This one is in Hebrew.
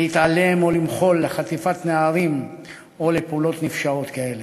להתעלם או למחול על חטיפת נערים או על פעולות נפשעות כאלה.